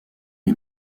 est